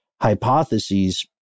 hypotheses